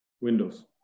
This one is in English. windows